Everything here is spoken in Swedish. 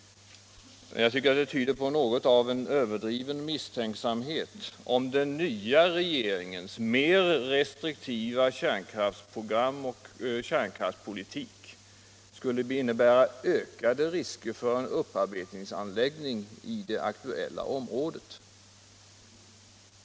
Det tyder på en överdriven misstänksamhet att tro att den nya regeringens mer restriktiva kärnkraftsprogram och kärnkraftspolitik skulle innebära ökade risker för en upparbetningsanläggning i det aktuella området.